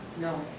No